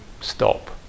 stop